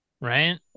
right